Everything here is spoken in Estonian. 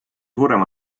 suurem